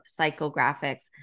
psychographics